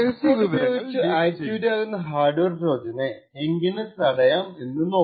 അതുകൊണ്ടു എങ്ങിനെ നമുക്ക് ചീറ്റ് കോഡ് ഉപയോഗിച്ചു ആക്ടിവേറ്റ് ആകുന്ന ഹാർഡ്വെയർ ട്രോജനെ എങ്ങിനെ തടയാം എന്നു നോക്കാം